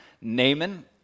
Naaman